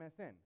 MSN